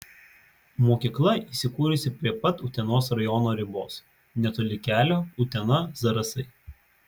mokykla įsikūrusi prie pat utenos rajono ribos netoli kelio utena zarasai